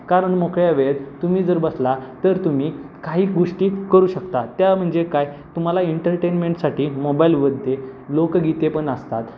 कारण मोकळ्या वेळेत तुम्ही जर बसला तर तुम्ही काही गोष्टी करू शकता त्या म्हणजे काय तुम्हाला एंटरटेनमेंटसाठी मोबाईलमध्ये लोकगीते पण असतात